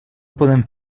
podem